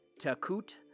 Takut